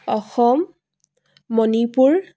Assam Manipur